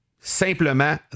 Simplement